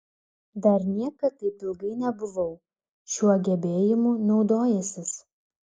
dar niekad taip ilgai nebuvau šiuo gebėjimu naudojęsis